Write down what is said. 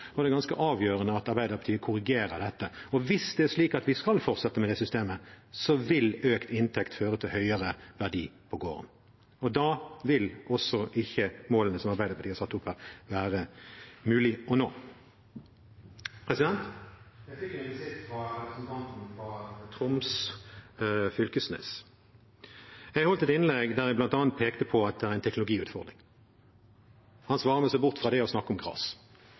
og det er ganske avgjørende at Arbeiderpartiet korrigerer dette. Og hvis det er slik at vi skal fortsette med det systemet, vil økt inntekt føre til høyere verdi på gården, og da vil ikke de målene som Arbeiderpartiet har satt opp her, være mulig å nå. Jeg fikk en visitt fra representanten fra Troms, Knag Fylkesnes. Jeg holdt et innlegg der jeg bl.a. pekte på at det er en teknologiutfordring. Han svarer med å se bort fra det og snakke om